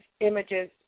images